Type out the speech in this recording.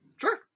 Sure